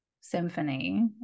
symphony